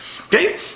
Okay